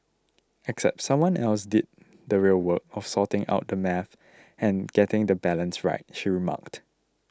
except someone else did the real work of sorting out the maths and getting the balance right she remarked